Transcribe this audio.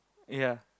ya